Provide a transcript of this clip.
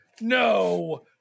No